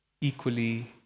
equally